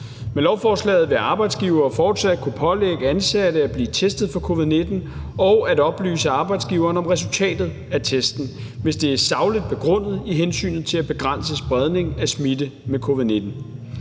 Med lovforslaget vil arbejdsgiver fortsat kunne pålægge ansatte at blive testet for covid-19 og at oplyse arbejdsgiver om resultatet af testen, hvis det er sagligt begrundet i hensynet til at begrænse spredning af smitte med covid-19.